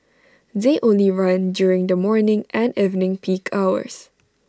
they only run during the morning and evening peak hours